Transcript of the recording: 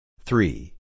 Three